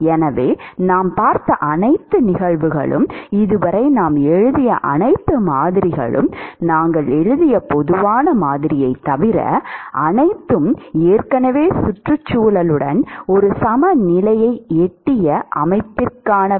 எனவே நாம் பார்த்த அனைத்து நிகழ்வுகளும் இதுவரை நாம் எழுதிய அனைத்து மாதிரிகளும் நாங்கள் எழுதிய பொதுவான மாதிரியைத் தவிர அவை அனைத்தும் ஏற்கனவே சுற்றுச்சூழலுடன் ஒரு சமநிலையை எட்டிய அமைப்பிற்கானவை